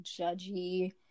judgy